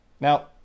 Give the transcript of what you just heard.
Now